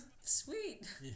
sweet